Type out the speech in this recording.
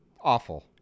Awful